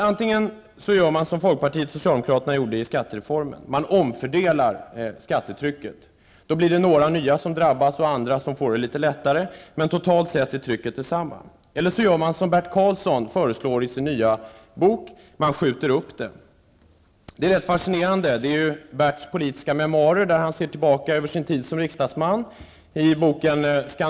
Antingen gör man som folkpartiet och socialdemokraterna gjorde i samband med skattereformen, dvs. omfördelar skattetrycket -- då drabbas några, medan andra får det litet lättare, men totalt är trycket detsamma --, eller så gör man som Bert Karlsson föreslår i sin nya bok: man skjuter upp det. Boken ''Skandal'' är rätt fascinerande. Det är Bert Karlssons politiska memoarer, där han ser tillbaka på sin tid som riksdagsman.